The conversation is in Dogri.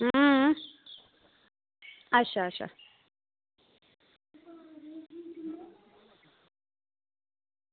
अं अच्छा अच्छा